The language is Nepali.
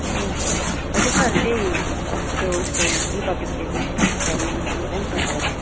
ए हजुर सर त्यही अस्ति त्यो उसको रिपब्लिक डेको डिस्कस गरौँ भनेर नि सर तपाईँलाई